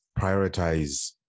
prioritize